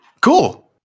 cool